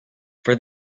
for